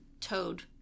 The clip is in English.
Toad